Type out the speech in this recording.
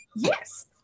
Yes